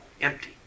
empty